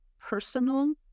personal